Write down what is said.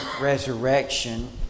resurrection